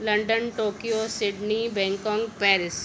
London Tokyo Sydney Bangkok Paris